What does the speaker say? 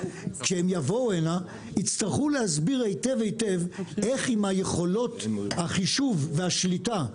כשהם יבואו הנה יצטרכו להסביר היטב היטב איך עם יכולות החישוב והשליטה,